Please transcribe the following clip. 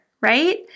right